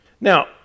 Now